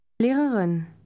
Lehrerin